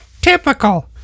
Typical